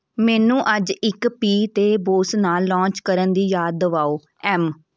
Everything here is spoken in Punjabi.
ਮੈਨੂੰ ਅੱਜ ਇੱਕ ਪੀ 'ਤੇ ਬੌਸ ਨਾਲ ਲੌਂਚ ਕਰਨ ਦੀ ਯਾਦ ਦਿਵਾਓ ਐੱਮ